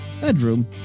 bedroom